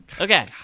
Okay